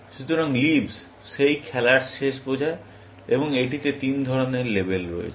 সুতরাং লিভস সেই খেলার শেষ বোঝায় এবং এটিতে তিন ধরণের লেবেল রয়েছে